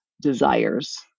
desires